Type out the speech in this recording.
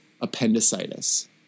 appendicitis